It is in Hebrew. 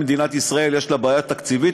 אם למדינת ישראל יש בעיה תקציבית,